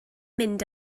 mynd